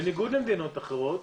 בניגוד למדינות אחרות.